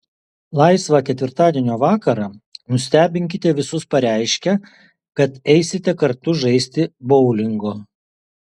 laisvą ketvirtadienio vakarą nustebinkite visus pareiškę kad eisite kartu žaisti boulingo